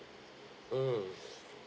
mm